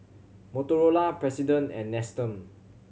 Motorola President and Nestum